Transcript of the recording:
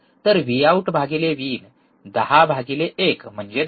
तर V out भागिले V in १० भागिले १ म्हणजे १०